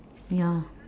ya